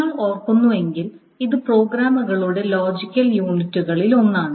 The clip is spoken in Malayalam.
നിങ്ങൾ ഓർക്കുന്നുവെങ്കിൽ ഇത് പ്രോഗ്രാമുകളുടെ ലോജിക്കൽ യൂണിറ്റുകളിൽ ഒന്നാണ്